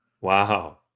Wow